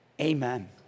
Amen